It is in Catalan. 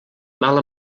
mal